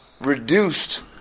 reduced